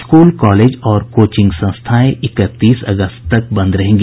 school college और coaching संस्थाएं इकतीस अगस्त तक बंद रहेंगी